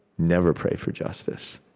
never pray for justice,